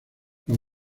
los